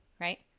right